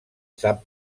sap